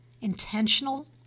intentional